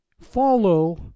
follow